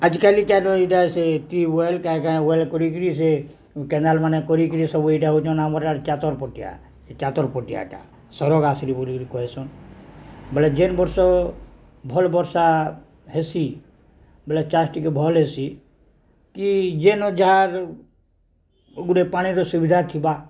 ଆଜିକାଲି ଚ ନ ଏଇଟା ସେ ଟିୱଏଲ୍ କାଁ କାଁ ୱଏଲ୍ କରିକିରି ସେ କେନାଲ୍ମାନେ କରିକିରି ସବୁ ଏଇଟା ହେଉଛନ୍ ଆମର ଆଡ଼ ଚାତର ପଟିଆ ଚାତର ପଟିଆଟା ସରକ ଆଶରି ବୋଲିକିରି କହେସନ୍ ବେଲଳେ ଯେନ୍ ବର୍ଷ ଭଲ୍ ବର୍ଷା ହେସି ବେଲେ ଚାଷ୍ ଟିକେ ଭଲ୍ ହେସି କି ଯେନ୍ ଯାହାର ଗୋଟେ ପାଣିର ସୁବିଧା ଥିବା